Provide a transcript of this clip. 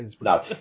No